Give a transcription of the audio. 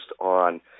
on